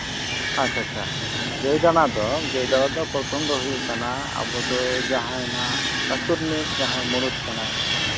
ᱟᱪᱪᱷᱟ ᱟᱪᱪᱷᱟ ᱜᱟᱹᱭ ᱡᱟᱜᱟᱣ ᱫᱚ ᱜᱟᱹᱭ ᱡᱟᱜᱟᱣ ᱫᱚ ᱯᱨᱚᱛᱷᱚᱢ ᱫᱚ ᱦᱩᱭᱩᱜ ᱠᱟᱱᱟ ᱟᱵᱚ ᱫᱚ ᱡᱟᱦᱟᱸᱭ ᱦᱟᱸᱜ ᱟᱹᱛᱩ ᱨᱤᱱᱤᱡ ᱢᱩᱬᱩᱫ ᱠᱟᱱᱟᱭ